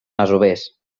masovers